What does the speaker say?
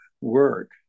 work